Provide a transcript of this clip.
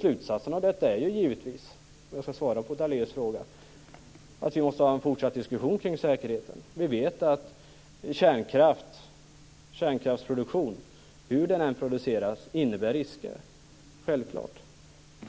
Slutsatsen av detta är givetvis - jag skall svara på Daléus fråga - att vi måste ha en fortsatt diskussion kring säkerheten. Vi vet att kärnkraft, hur den än produceras, innebär risker, det är självklart.